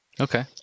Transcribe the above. okay